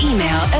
Email